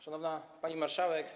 Szanowna Pani Marszałek!